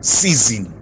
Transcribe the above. season